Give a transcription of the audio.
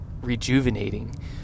rejuvenating